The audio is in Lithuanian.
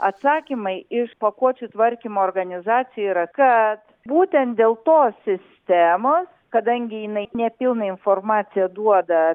atsakymai iš pakuočių tvarkymo organizacijų yra kad būtent dėl tos sistemos kadangi jinai ne pilną informaciją duoda